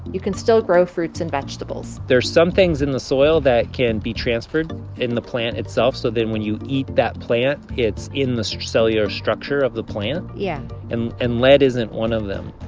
you can still grow fruits and vegetables there are some things in the soil that can be transferred in the plant itself. so then when you eat that plant, it's in the so cellular structure of the plant yeah and and lead isn't one of them.